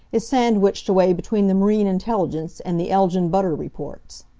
is sandwiched away between the marine intelligence and the elgin butter reports.